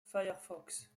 firefox